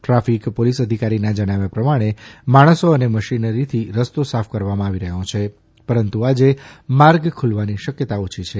traffic police અધિકારીના જણાવ્યા પ્રમાણે માણસો અને મશીનરીથી રસ્તો સાફ કરવામાં આવી રહ્યો છે પરંતુ આજે માર્ગ ખુલવાની શક્યતા ઓછી છે